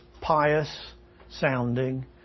pious-sounding